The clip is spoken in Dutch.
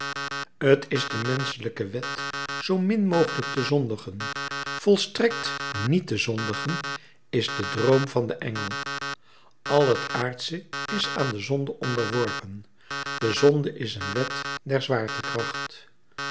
t is de menschelijke wet zoo min mogelijk te zondigen volstrekt niet te zondigen is de droom van den engel al het aardsche is aan de zonde onderworpen de zonde is een wet der zwaartekracht